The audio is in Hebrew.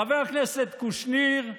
חבר הכנסת קושניר,